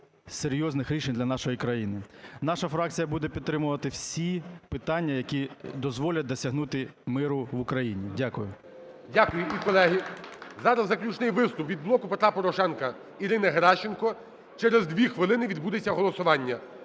серйозних рішень для нашої країни. Наша фракція буде підтримувати всі питання, які дозволять досягнути миру в Україні. Дякую. ГОЛОВУЮЧИЙ. Дякую. І, колеги, зараз заключний виступ від "Блоку Петра Порошенка" Ірини Геращенко. Через дві хвилини відбудеться голосування.